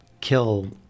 kill